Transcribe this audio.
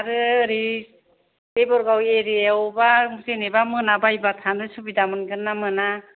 आरो ओरै देबोरगाव एरियाव बा जेनेबा मोना बायबा थानो सुबिदा मोनगोन ना मोना